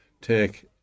take